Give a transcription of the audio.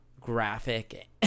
graphic